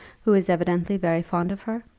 who was evidently very fond of her?